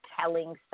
telling